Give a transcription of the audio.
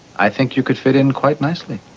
i think you could fit in quite nicely.